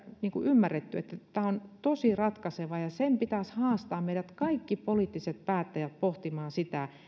ymmärretty että tämä on tosi ratkaiseva ja sen pitäisi haastaa meidät kaikki poliittiset päättäjät pohtimaan sitä